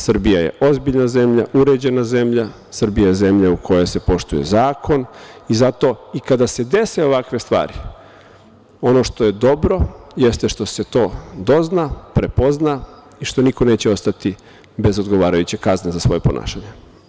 Srbija je ozbiljna zemlja, uređena zemlja, Srbija je zemlja u kojoj se poštuje zakon i zato i kada se dese ovakve stvari, ono što je dobro, jeste što se to dozna, prepozna i što niko neće ostati bez odgovarajuće kazne za svoje ponašanje.